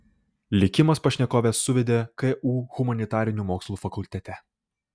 likimas pašnekoves suvedė ku humanitarinių mokslų fakultete